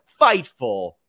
FIGHTFUL